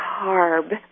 CARB